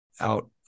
out